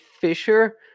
Fisher